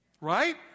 Right